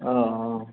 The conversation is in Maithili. हॅं